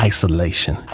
Isolation